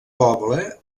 poble